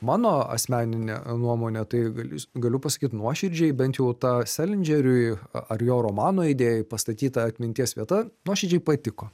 mano asmeninė nuomonė tai galiu galiu pasakyt nuoširdžiai bent jau ta selindžeriui ar jo romano idėja pastatyta atminties vieta nuoširdžiai patiko